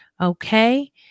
Okay